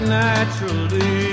naturally